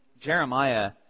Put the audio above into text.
Jeremiah